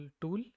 tool